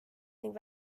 ning